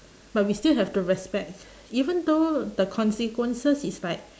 but we still have to respect even though the consequences is like